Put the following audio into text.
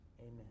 Amen